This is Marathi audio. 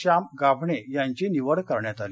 शाम गाभणे यांची निवड करण्यात आली